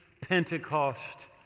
Pentecost